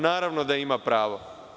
Naravno da ima pravo.